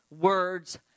words